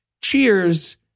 Cheers